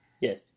Yes